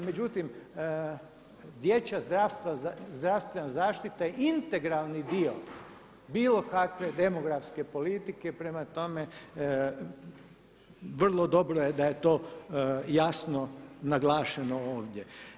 Međutim, dječja zdravstvena zaštita integralni dio bilo kakve demografske politike prema tome vrlo dobro je da je to jasno naglašeno ovdje.